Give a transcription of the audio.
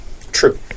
True